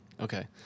Okay